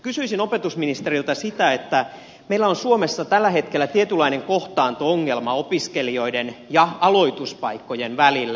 kysyisin opetusministeriltä sitä että meillä on suomessa tällä hetkellä tietynlainen kohtaanto ongelma opiskelijoiden ja aloituspaikkojen välillä